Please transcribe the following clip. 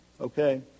Okay